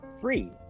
free